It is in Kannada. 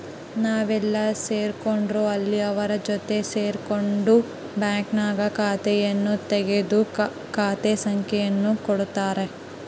ನಾವೆಲ್ಲೇ ಸೇರ್ಕೊಂಡ್ರು ಅಲ್ಲಿ ಅವರ ಜೊತೆ ಸೇರ್ಕೊಂಡು ಬ್ಯಾಂಕ್ನಾಗ ಖಾತೆಯನ್ನು ತೆಗೆದು ಖಾತೆ ಸಂಖ್ಯೆಯನ್ನು ಕೊಡುತ್ತಾರೆ